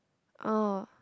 oh